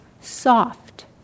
soft